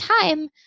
time